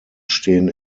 stehen